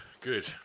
good